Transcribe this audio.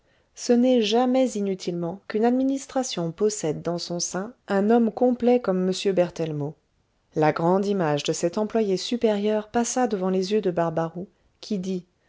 ce n'est jamais inutilement qu'une administration possède dans son sein un homme complet comme m berthellemot la grande image de cet employé supérieur passa devant les yeux de barbaroux qui dit